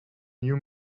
new